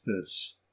this